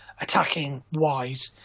attacking-wise